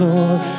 Lord